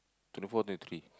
twenty four twenty three